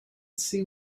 see